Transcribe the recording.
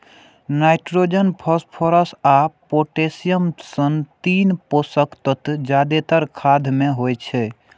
nitrogen, phosphorus आ potassium सन तीन पोषक तत्व जादेतर खाद मे होइ छै